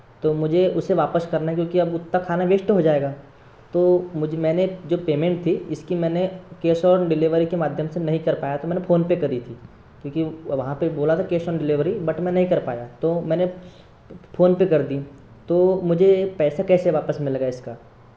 तो मुझे उसे वापस करना है क्योंकि अब उतना खाना वेस्ट हो जाएगा तो मुझ मैंने जो पेमेंट थी इसकी मैंने कैश ओन डिलीवरी के माध्यम से नहीं कर पाया तो मैंने फ़ोनपे करी थी क्योंकि वहाँ पे बोला था कैश ऑन डिलीवरी बट मैं नहीं कर पाया तो मैंने फ़ोनपे कर दिया तो मुझे पैसा कैसे वापस मिलेगा इसका